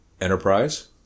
Enterprise